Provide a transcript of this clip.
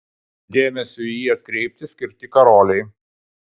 dėmesiui į jį atkreipti skirti karoliai